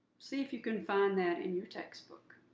see if you can find that in your textbook.